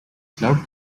cloud